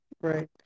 right